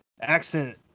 Accent